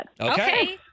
Okay